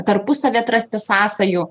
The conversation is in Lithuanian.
tarpusavy atrasti sąsajų